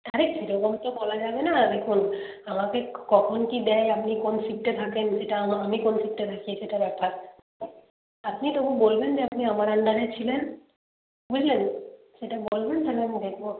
আরে সেরকম তো বলা যাবে না দেখুন আমাকে কখন কী দেয় আপনি কোন শিফটে থাকেন সেটা আমি কোন শিফটটা দেখি সেটা ব্যাপার আপনি তবু বলবেন যে আপনি আমার আন্ডারে ছিলেন বুঝলেন সেটা বলবেন তাহলে আমি দেখব